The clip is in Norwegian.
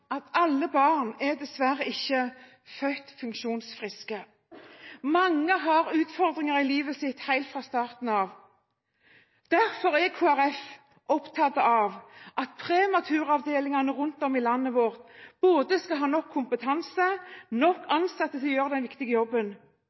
dessverre ikke født funksjonsfriske. Mange har utfordringer i livet sitt helt fra starten av. Derfor er Kristelig Folkeparti opptatt av at prematuravdelingene rundt om i landet vårt skal ha både nok kompetanse og nok ansatte som gjør den viktige jobben.